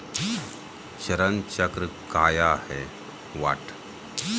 चरण चक्र काया है?